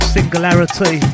Singularity